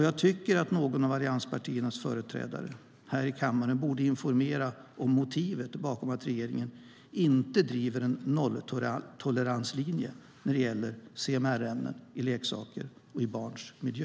Jag tycker att någon av allianspartiernas företrädare här i kammaren borde informera om motivet bakom att regeringen inte driver en nolltoleranslinje när det gäller CMR-ämnen i leksaker och i barns miljö.